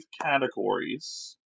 categories